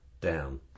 down